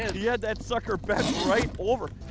is! he had that sucker bent right over!